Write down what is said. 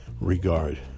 regard